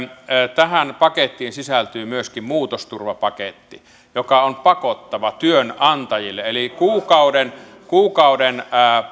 tähän pakettiin sisältyy myöskin muutosturvapaketti joka on pakottava työnantajille eli kuukauden kuukauden